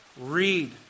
Read